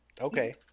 Okay